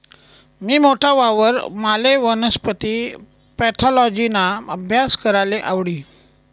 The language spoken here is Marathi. मी मोठा व्हवावर माले वनस्पती पॅथॉलॉजिना आभ्यास कराले आवडी